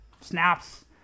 snaps